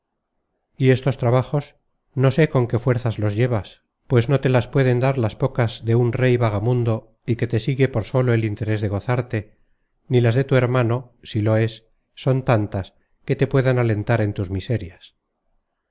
y estos trabajos no sé con qué fuerzas los llevas pues no te las pueden dar las pocas de un rey vagamundo y que te sigue por solo el interes de gozarte ni las de tu hermano si lo es son tantas que te puedan alentar en tus miserias